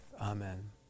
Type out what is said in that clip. amen